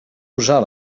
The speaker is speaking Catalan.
usar